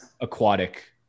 aquatic